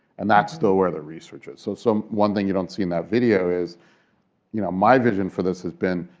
and that's still where the research is. so so one thing you don't see in that video is you know my vision for this has been,